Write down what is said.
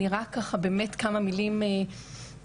אני אדבר ככה באמת כמה מילים מעטות.